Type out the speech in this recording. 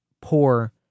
poor